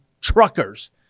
truckers